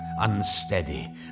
unsteady